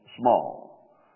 small